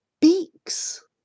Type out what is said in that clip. Beaks